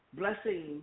blessing